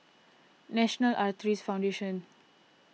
National Arthritis Foundation